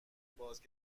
باز